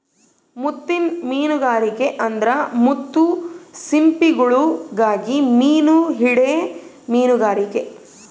ಮುತ್ತಿನ್ ಮೀನುಗಾರಿಕೆ ಅಂದ್ರ ಮುತ್ತು ಸಿಂಪಿಗುಳುಗಾಗಿ ಮೀನು ಹಿಡೇ ಮೀನುಗಾರಿಕೆ